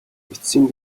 эцсийн